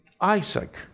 Isaac